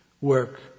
work